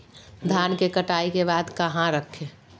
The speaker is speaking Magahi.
धान के कटाई के बाद कहा रखें?